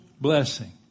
blessing